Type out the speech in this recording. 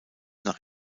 nach